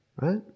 right